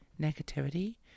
negativity